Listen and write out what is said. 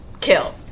Kill